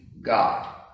God